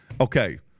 okay